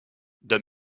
d’un